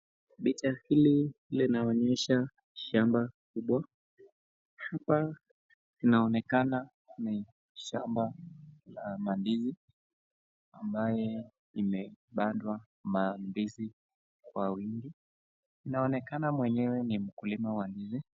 Picha hili linaonyesha shamba kubwa ,hapa inaonekana kuwa ni shamba la mandizi ambayo imepandwa mandizi kwa wingi ,inaonekana mwenyewe ni mkulima wa ndizi.